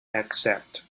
excerpt